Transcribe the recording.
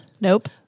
Nope